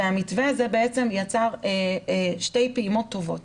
המתווה הזה יצר שתי פעימות טובות.